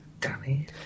Danny